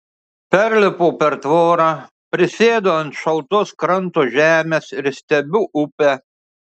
perlipu per tvorą prisėdu ant šaltos kranto žemės ir stebiu upę